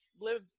live